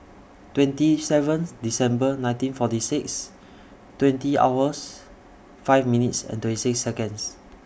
twenty seventh December nineteen forty six twenty hours five minutes and twenty six Seconds